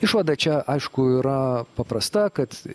išvadą čia aišku yra paprasta kad